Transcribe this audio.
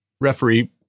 referee